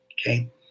Okay